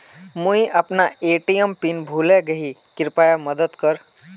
मुई अपना ATM PIN भूले गही कृप्या मदद कर